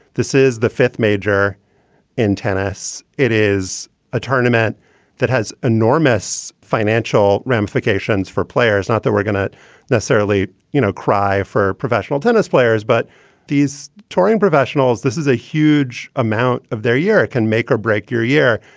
this is the fifth major in tennis. it is a tournament that has enormous financial ramifications for players. not that we're going to necessarily, you know, cry for professional tennis players, but these torian professionals, this is a huge amount of their year can make or break your year.